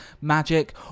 magic